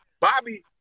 Bobby